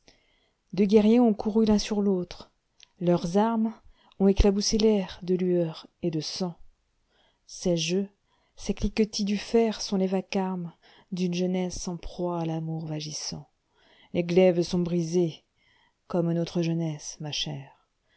deux guerriers ont couru l'un sur l'autre leurs armesont éclaboussé tair ae lueurs et de sang ces jeux ces cliquetis du fer sont les vacarmesd'une jeunesse en proie à l'amour vagissant les glaives sont brisés comme notre jeunesse ma chère